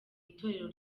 itorero